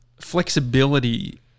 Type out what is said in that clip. flexibility